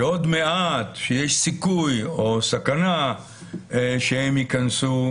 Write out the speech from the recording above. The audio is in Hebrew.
שעוד מעט, שיש סיכוי או סכנה שהן ייכנסו.